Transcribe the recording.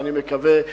ואני מקווה,